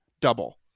double